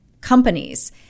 companies